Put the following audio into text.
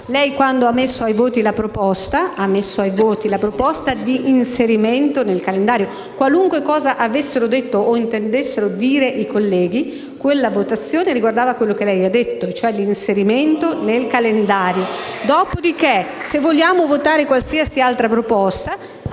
neanche cosa sta succedendo. Lei ha messo ai voti la proposta di inserimento in calendario: qualunque cosa avessero detto o intendessero dire i colleghi, quella votazione riguardava quello che lei ha detto, cioè l'inserimento nel calendario. Dopodiché, se vogliamo votare qualsiasi altra proposta,